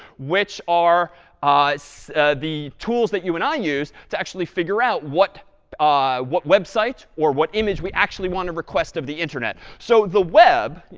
which are the tools that you and i use to actually figure out what ah what websites or what image we actually want to request of the internet. so the web, yeah